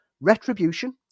Retribution